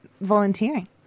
volunteering